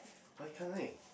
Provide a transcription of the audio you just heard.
why can't I